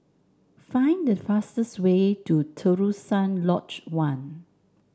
find the fastest way to Terusan Lodge One